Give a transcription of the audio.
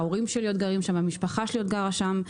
ההורים שלי ומשפחתי עוד גרים שם.